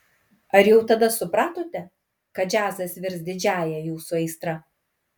ar jau tada supratote kad džiazas virs didžiąja jūsų aistra